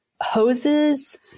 hoses